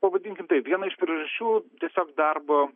pavadinkim taip viena iš priežasčių tiesiog darbo